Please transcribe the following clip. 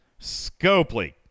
scopely